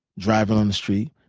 driving on the street,